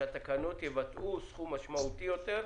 שהתקנות יבטאו סכום משמעותי יותר.